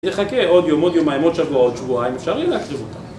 תהיה חכה עוד יום, עוד יום, עוד יום, עוד שבוע, עוד שבוע, אם אפשר לי להקריב אותם.